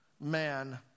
man